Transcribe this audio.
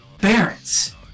barons